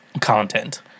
content